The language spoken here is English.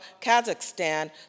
Kazakhstan